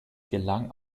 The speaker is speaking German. gelang